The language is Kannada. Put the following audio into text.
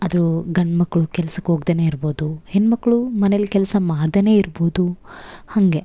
ಆದರೂ ಗಂಡುಮಕ್ಳು ಕೆಲ್ಸಕ್ಕೆ ಹೋಗ್ದೆ ಇರ್ಬೋದು ಹೆಣ್ಣುಮಕ್ಳು ಮನೆಲಿ ಕೆಲಸ ಮಾಡ್ದೆ ಇರ್ಬೋದು ಹಂಗೆ